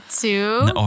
two